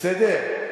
בסדר?